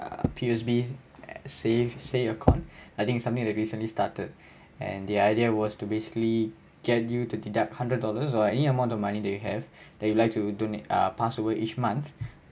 ah P_O_S_B save S_A_Y_E account I think something that recently started and the idea was to basically get you to deduct hundred dollars or any amount of money that you have that you like to donate ah pass away each month